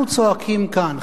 אנחנו צועקים כאן,